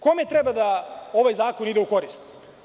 Kome treba ovaj zakon da ide u korist?